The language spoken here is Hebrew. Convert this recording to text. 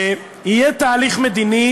יהיה תהליך מדיני